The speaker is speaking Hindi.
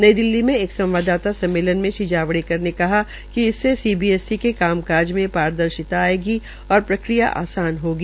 नई दिल्ली में एक संवाददाता सम्मेलन में श्री जावेड़कर ने कहा कि इससे सीबीएसई के कामकाज़ में पारदर्शित आयेगी और प्रक्रिया आसान होगी